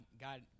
God